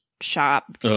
shop